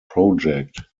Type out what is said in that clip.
project